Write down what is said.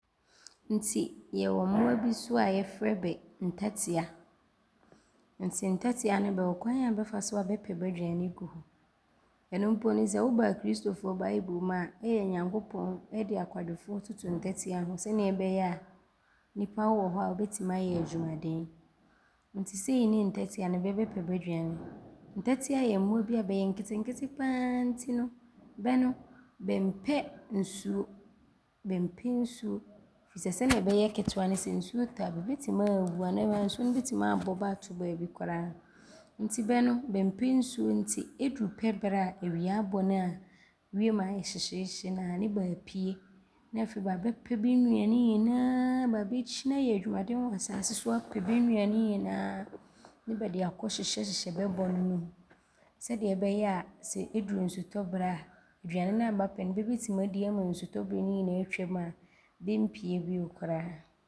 Nti yɛwɔ mmoa bi so a yɛfrɛ bɛ ntatea, nti ntatea no, bɛwɔ kwan a bɛfa so a bɛpɛ bɛ aduane gu hɔ. Ɔno mpo no sɛ woba akristofoɔ Bible mu a, ne Nyankopɔn de akwadwofoɔ ɔɔtoto ntatea ho sɛdeɛ ɔbɛyɛ a nnipa wowɔ hɔ a, wobɛtim ayɛ adwumaden nti dei ne ntatea no bɛpɛ bɛ aduane, ntatea yɛ mmoa bi a bɛyɛ nketenkete pa ara nti no bɛ no, bɛmpɛ nsuo. Bɛmpɛ nsuo firi sɛ sɛdeɛ bɛyɛ kete wa no, sɛ nsuo tɔ a bɛbɛtim aawu anaa nsuo no bɛtim aabɔ bɛ aato baabi koraa nti bɛ no, bɛmpɛ nsuo nti ɔduru pɛ berɛ a, awia abɔ na a, wiem ayɛ hyehyeehye na a ne bɛapue ne afei bɛ abɛpɛ bɛ nnuane nyinaa. Bɛ abɛkyini ayɛ adwumaden wɔ asaase so apɛ bɛ nnuane nyinaa ne bɛde akɔhyehyɛhyehyɛ bɛ bɔno ne mu sɛdeɛ ɔbɛyɛ a sɛ ɔduru nsuotɔ berɛ a, aduane na a bɛapɛ no, bɛbɛtim adi ama nsutɔ berɛ ne nyinaa atwam a bɛmpie bio koraa.